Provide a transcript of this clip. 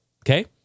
Okay